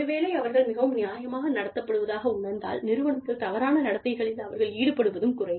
ஒருவேளை அவர்கள் மிகவும் நியாயமாக நடத்தப்படுவதாக உணர்ந்தால் நிறுவனத்தில் தவறான நடத்தைகளில் அவர்கள் ஈடுபடுவதும் குறையும்